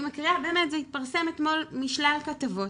זה התפרסם אתמול משלל כתבות.